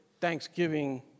Thanksgiving